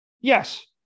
Yes